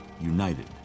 united